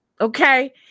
Okay